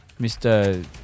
Mr